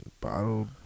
Bottle